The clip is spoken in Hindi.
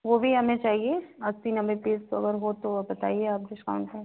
वह भी हमें चाहिए अस्सी नब्बे पीस अगर हो तो आप बताइए आप मुझे शाम तक